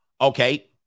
Okay